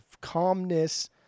calmness